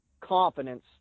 confidence